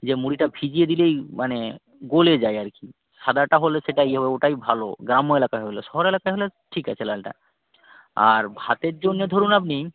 যে মুড়িটা ভিজিয়ে দিলেই মানে গলে যায় আর কি সাদাটা হলে সেটা ইয়ে হবে ওটাই ভালো গ্রাম্য এলাকার হলে শহর এলাকায় হলে ঠিক আছে লালটা আর ভাতের জন্যে ধরুন আপনি